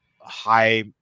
high